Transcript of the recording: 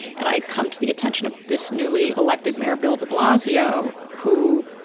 and i had come to the attention of this newly elected mayor, bill de blasio, who,